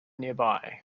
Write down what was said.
nearby